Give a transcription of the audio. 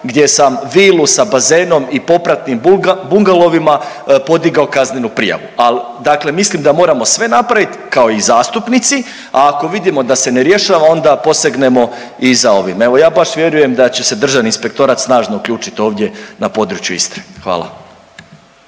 gdje sam vilu sa bazenom i popratnim bungalovima podigao kaznenu prijavu. Ali dakle mislim da moramo sve napraviti kao i zastupnici, a ako vidimo da se ne rješava onda posegnemo i za ovim. Evo ja baš vjerujem da će se Državni inspektorat snažno uključiti ovdje na području Istre. Hvala.